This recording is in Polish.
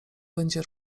będzie